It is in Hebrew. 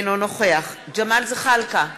אינו נוכח ג'מאל זחאלקה,